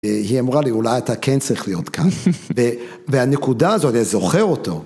היא אמרה לי אולי אתה כן צריך להיות כאן, והנקודה הזאת, אני זוכר אותו.